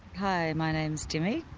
hi, my name is dimi,